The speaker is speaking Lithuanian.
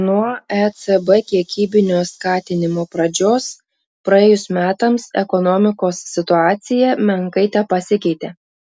nuo ecb kiekybinio skatinimo pradžios praėjus metams ekonomikos situacija menkai tepasikeitė